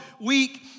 weak